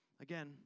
again